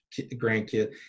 grandkid